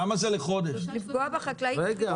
לפגוע בחקלאים בשביל --- רגע,